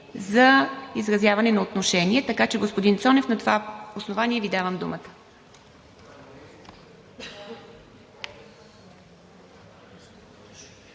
за изразяване на отношение. Така че, господин Цонев, на това основание Ви давам думата.